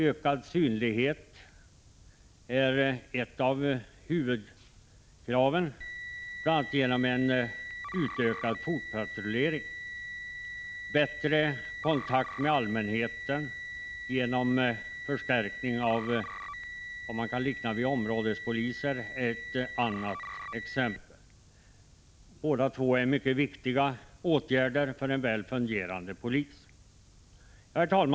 Ökad synlighet är ett av huvudkraven — bl.a. genom utökad fotpatrullering. Bättre kontakt med allmänheten genom en förstärkning av vad man kan likna vid områdespoliser är ett annat exempel. Båda åtgärderna är mycket viktiga för att få till stånd en väl fungerande poliskår. Herr talman!